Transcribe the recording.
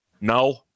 No